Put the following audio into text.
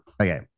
okay